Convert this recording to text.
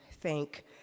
thank